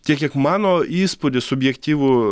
tiek kiek mano įspūdį subjektyvų